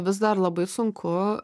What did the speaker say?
vis dar labai sunku